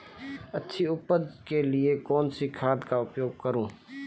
अच्छी उपज के लिए कौनसी खाद का उपयोग करूं?